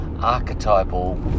archetypal